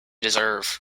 deserve